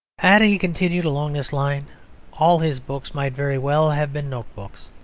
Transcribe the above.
had he continued along this line all his books might very well have been note-books.